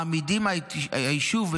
מעמידים את היישוב,